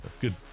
Good